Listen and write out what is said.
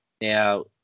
Now